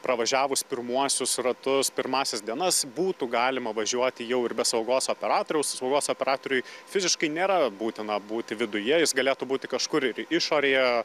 pravažiavus pirmuosius ratus pirmąsias dienas būtų galima važiuoti jau ir be saugos operatoriaus saugos operatoriui fiziškai nėra būtina būti viduje jis galėtų būti kažkur ir išorėje